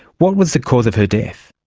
what was the cause of her death?